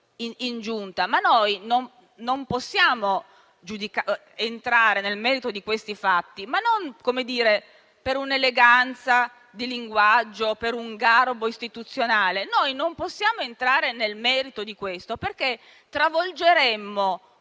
Noi, però, non possiamo entrare nel merito di questi fatti: e non per una eleganza di linguaggio o per un garbo istituzionale. Noi non possiamo entrare nel merito di questo, perché travolgeremmo